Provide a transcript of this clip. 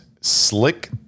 Slick